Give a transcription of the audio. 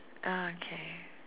uh okay